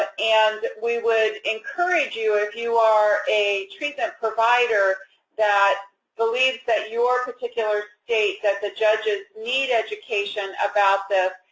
ah and we would encourage you, if you are a treatment provider that believes that your particular that the judges need education about this,